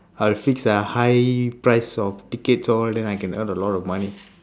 I will fix a high price of tickets all then I can earn a lot of money